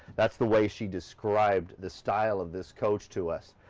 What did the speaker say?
that's the way she described the style of this coach to us.